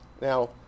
Now